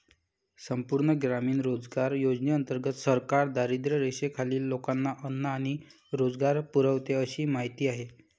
संपूर्ण ग्रामीण रोजगार योजनेंतर्गत सरकार दारिद्र्यरेषेखालील लोकांना अन्न आणि रोजगार पुरवते अशी माहिती आहे